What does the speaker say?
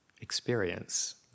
experience